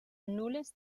nul·les